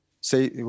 say